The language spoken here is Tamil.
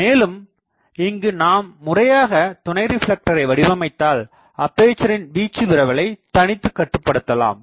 மேலும் இங்கு நாம் முறையாக துணை ரிப்லெக்ட்ரை வடிவமைத்தால் அப்பேசரின் வீச்சு விரவலை தனித்து கட்டுபடுத்தலாம்